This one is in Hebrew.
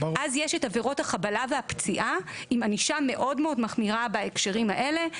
אז יש את עבירות החבלה והפציעה עם ענישה מחמירה מאוד בהקשרים האלה.